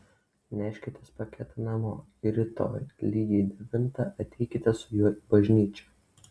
neškitės paketą namo ir rytoj lygiai devintą ateikite su juo į bažnyčią